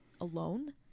alone